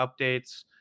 updates